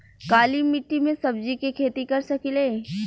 काली मिट्टी में सब्जी के खेती कर सकिले?